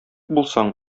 булсаң